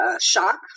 shock